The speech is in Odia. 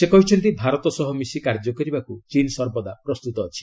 ସେ କହିଛନ୍ତି ଭାରତ ସହ ମିଶି କାର୍ଯ୍ୟ କରିବାକୁ ଚୀନ୍ ସର୍ବଦା ପ୍ରସ୍ତୁତ ରହିଛି